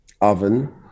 oven